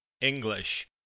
English